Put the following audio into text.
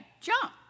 jump